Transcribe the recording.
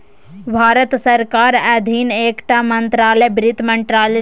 भारत सरकारक अधीन एकटा मंत्रालय बित्त मंत्रालय छै